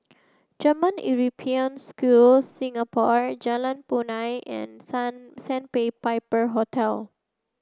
German European School Singapore Jalan Punai and Sandpiper Hotel